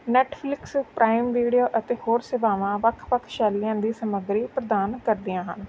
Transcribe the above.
Netflix prime video ਅਤੇ ਹੋਰ ਸੇਵਾਵਾਂ ਵੱਖ ਵੱਖ ਸ਼ੈਲੀਆਂ ਦੀ ਸਮੱਗਰੀ ਪ੍ਰਧਾਨ ਕਰਦੀਆਂ ਹਨ